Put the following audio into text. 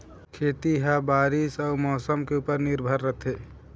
खेती ह बारीस अऊ मौसम के ऊपर निर्भर रथे